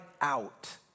out